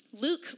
Luke